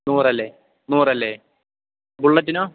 നൂറല്ലേ നൂറല്ലേ ബുള്ളറ്റിനോ